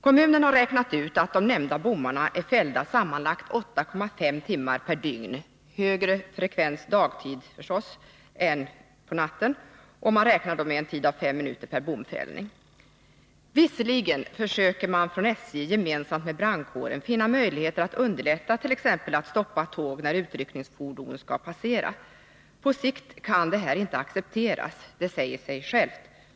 Kommunen har räknat ut att de nämnda bommarna är fällda sammanlagt 8,5 timmar per dygn, med högre frekvens dagtid än nattetid förstås. Man räknar med fem minuter per bomfällning. Visserligen försöker SJ tillsammans med brandkåren finna möjligheter att stoppa tågen när utryckningsfordonen skall passera, men på sikt kan detta inte accepteras.